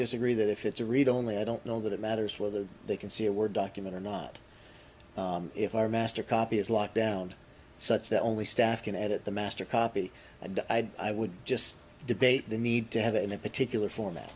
disagree that if it's a read only i don't know that it matters whether they can see a word document or not if our master copy is locked down such that only staff can edit the master copy and i would just debate the need to have it in a particular